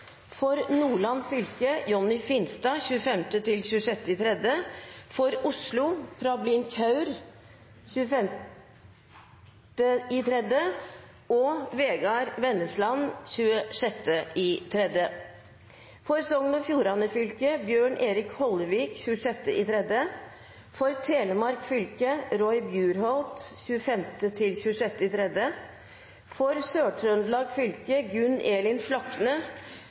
for Nordland fylke: Jonny Finstad 25.–26. mars for Oslo: Prableen Kaur 25. mars og Vegard Grøslie Wennesland 26. mars for Sogn og Fjordane fylke: Bjørn Erik Hollevik 26. mars for Telemark fylke: Roy Bjurholt 25.–26. mars for Sør-Trøndelag fylke: Gunn Elin Flakne